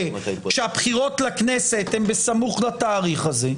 כשהבחירות לכנסת הן בסמוך לתאריך הזה.